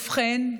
ובכן,